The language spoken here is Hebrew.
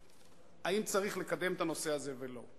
האם צריך לקדם את הנושא הזה או לא?